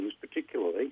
particularly